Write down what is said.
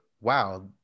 wow